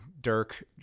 Dirk